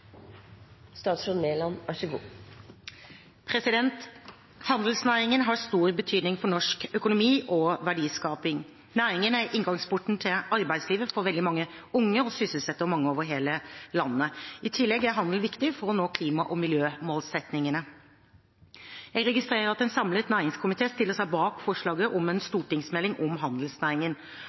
inngangsporten til arbeidslivet for veldig mange unge og sysselsetter mange over hele landet. I tillegg er handelen viktig for å nå klima- og miljømålsettingene. Jeg registrerer at en samlet næringskomité stiller seg bak forslaget om en stortingsmelding om handelsnæringen.